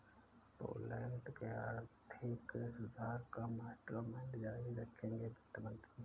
Poland के आर्थिक सुधार का मास्टरमाइंड जारी रखेंगे वित्त मंत्री